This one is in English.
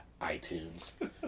iTunes